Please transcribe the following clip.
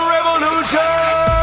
Revolution